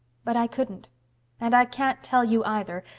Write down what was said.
but i couldn't and i can't tell you, either,